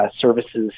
services